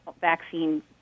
vaccine